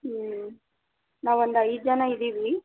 ಹ್ಞೂ ನಾವೊಂದು ಐದು ಜನ ಇದ್ದೀವಿ